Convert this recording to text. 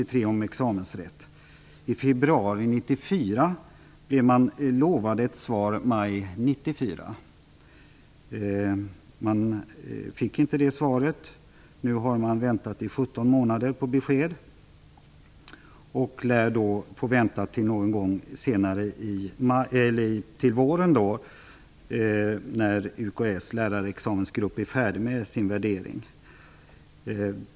I februari 1994 blev man lovad ett svar i maj 1994. Men man fick inget svar. Nu har man väntat i 17 månader på besked och lär får vänta till senare i vår, när universitetskanslerns lärarexamensgrupp är färdig med sin värdering.